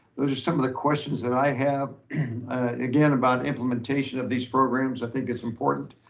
those are some of the questions that i have again about implementation of these programs, i think is important.